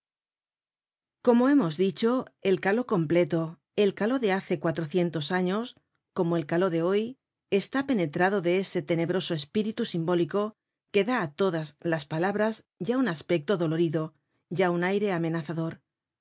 como hemos dicho el caló completo el caló de hace cuatrocientos años como el caló de hoy está penetrado de ese tenebroso espíritu simbólico que da á todas las palabras ya un aspecto dolorido ya un aire amenazador